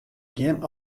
gjin